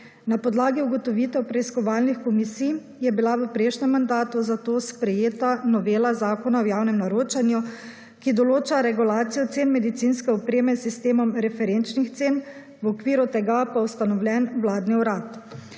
Na podlagi ugotovitev preiskovalnih komisij je bila v prejšnjem mandatu, zato sprejeta Novela Zakona o javnem naročanju, ki določa regulacijo cen medicinske opreme s sistemom referenčnih cen v okviru tega pa ustanovljen vladni urad.